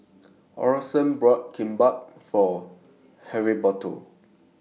Orson bought Kimbap For Heriberto